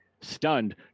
stunned